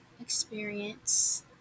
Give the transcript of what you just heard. experience